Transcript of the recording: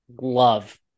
love